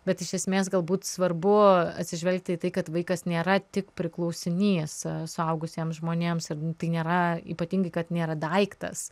bet iš esmės galbūt svarbu atsižvelgti į tai kad vaikas nėra tik priklausinys suaugusiems žmonėms ir tai nėra ypatingai kad nėra daiktas